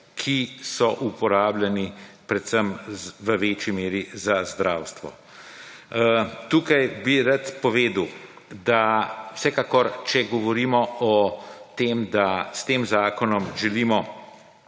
ki so uporabljeni predvsem v večji meri za zdravstvo. Tukaj bi rad povedal, da vsekakor, če govorimo o tem, da s tem zakonom želimo